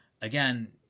again